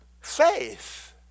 faith